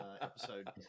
episode